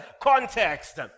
context